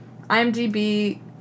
IMDb